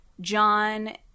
John